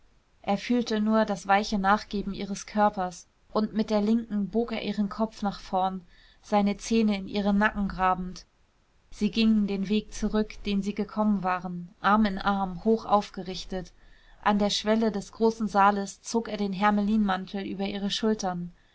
er fühlte nur das weiche nachgeben ihres körpers und mit der linken bog er ihren kopf nach vorn seine zähne in ihren nacken grabend sie gingen den weg zurück den sie gekommen waren arm in arm hoch aufgerichtet an der schwelle des großen saales zog er den hermelinmantel über ihre schultern